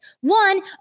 One